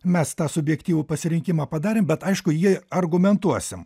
mes tą subjektyvų pasirinkimą padarėm bet aišku jį argumentuosim